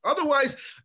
Otherwise